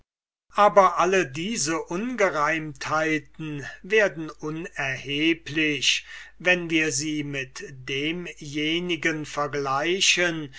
aber alle diese ungereimtheiten werden unerheblich wenn wir sie mit demjenigen vergleichen